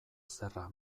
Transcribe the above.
zerra